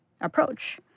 approach